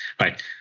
right